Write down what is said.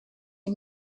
you